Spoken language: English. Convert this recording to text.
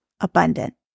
abundant